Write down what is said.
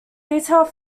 detailed